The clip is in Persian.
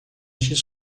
چیز